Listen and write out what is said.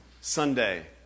Sunday